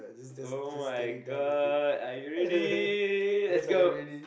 [oh]-my-god are you ready let's go